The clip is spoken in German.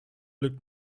lügt